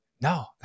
no